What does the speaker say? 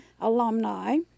alumni